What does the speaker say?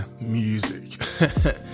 music